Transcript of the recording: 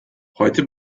heute